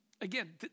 again